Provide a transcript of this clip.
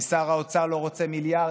אם שר האוצר לא רוצה מיליארד,